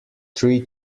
three